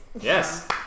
Yes